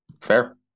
Fair